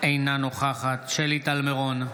אינה נוכחת שלי טל מירון,